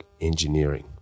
engineering